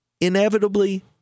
Inevitably